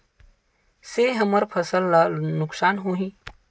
से हमर फसल ला नुकसान होही?